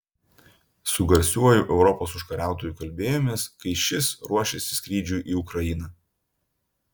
su garsiuoju europos užkariautoju kalbėjomės kai šis ruošėsi skrydžiui į ukrainą